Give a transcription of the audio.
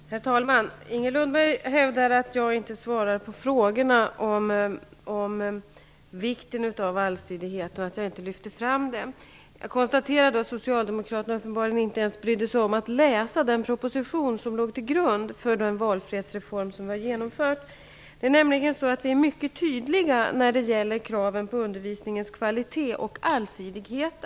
Herr talman! Inger Lundberg hävdar att jag inte svarar på frågorna om vikten av allsidighet och att jag inte lyfter fram dem. Jag konstaterar att socialdemokraterna uppenbarligen inte ens brytt sig om att läsa den proposition som låg till grund för den valfrihetsreform som genomförts. Regeringen är nämligen mycket tydlig när det gäller kraven på undervisningens kvalitet och allsidighet.